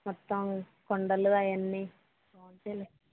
మొత్తం కొండలూ అవన్ని అంతేలే